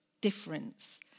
difference